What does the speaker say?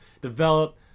develop